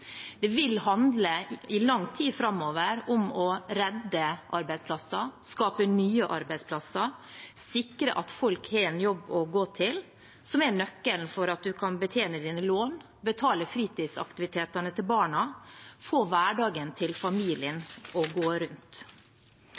Det vil i lang tid framover handle om å redde arbeidsplasser, skape nye arbeidsplasser og sikre at folk har en jobb å gå til, som er nøkkelen til at du kan betjene dine lån, betale fritidsaktivitetene til barna og få hverdagen til familien til å gå rundt.